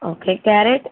okay carrot